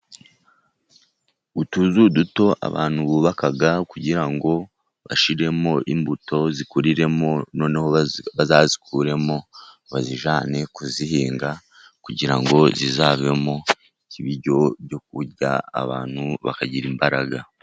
Utuzu duto abantu bubaka kugira ngo bashyiremo imbuto zikuriremo, noneho bazazikuremo bazijyane kuzihinga, kugira ngo zizabemo ibiryo byo kurya abantu bakagira imbaraga.